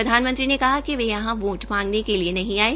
प्रधानमंत्री ने कहा कि यहां वोट मांगने के लिए नहीं आये